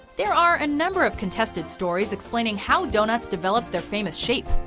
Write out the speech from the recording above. there are a number of contested stories explaining how doughnuts develop their famous shape,